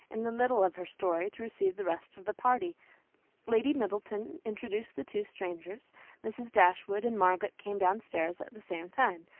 in the middle of her story, to receive the rest of the party lady middleton introduced the two strangers mrs. dashwood and margaret came down stairs at the same time,